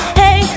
hey